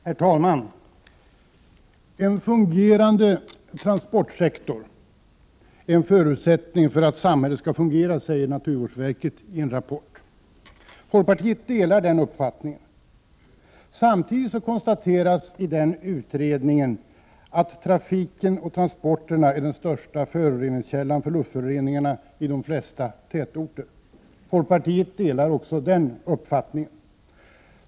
Herr talman! En fungerande transportsektor är en förutsättning för att samhället skall fungera, säger naturvårdsverket i en rapport. Folkpartiet delar denna uppfattning. Samtidigt konstateras i utredningen att trafiken och transporterna är den största föroreningskällan för luftföroreningarna i de flesta tätorter. Folkpartiet delar också denna uppfattning.